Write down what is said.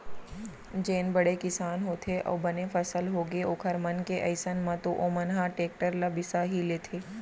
जेन बड़े किसान होथे अउ बने फसल होगे ओखर मन के अइसन म तो ओमन ह टेक्टर ल बिसा ही लेथे